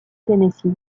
tennessee